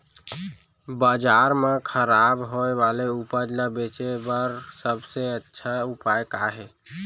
बाजार मा खराब होय वाले उपज ला बेचे बर सबसे अच्छा उपाय का हे?